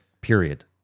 period